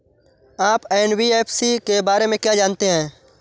आप एन.बी.एफ.सी के बारे में क्या जानते हैं?